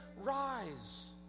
rise